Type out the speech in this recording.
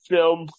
Film